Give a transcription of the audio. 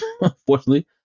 unfortunately